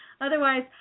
Otherwise